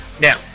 Now